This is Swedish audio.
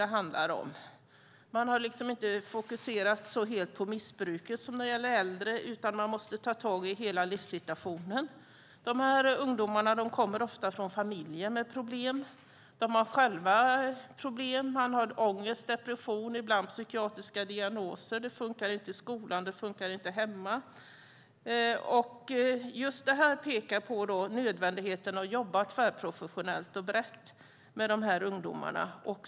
Det gäller att inte bara fokusera på missbruket, som man gör när det gäller äldre, utan man måste ta tag i hela livssituationen. De här ungdomarna kommer ofta från familjer med problem. De har själva problem. De har ångest, depression och ibland psykiatriska diagnoser. Det fungerar inte i skolan och inte hemma. Detta pekar på nödvändigheten av att jobba tvärprofessionellt och brett med de här ungdomarna.